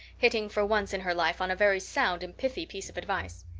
hitting for once in her life on a very sound and pithy piece of advice.